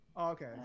okay